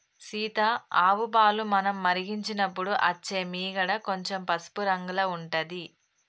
సీత ఆవు పాలు మనం మరిగించినపుడు అచ్చే మీగడ కొంచెం పసుపు రంగుల ఉంటది